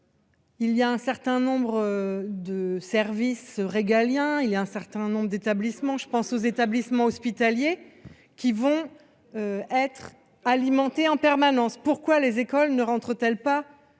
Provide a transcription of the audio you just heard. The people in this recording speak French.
Il y a un certain nombre de services régaliens, il y a un certain nombre d'établissements, je pense aux établissements hospitaliers qui vont être alimentés en permanence, pourquoi les écoles ne rentre-t-elle pas